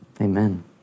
Amen